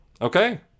Okay